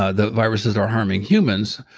ah the viruses are harming humans.